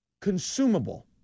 consumable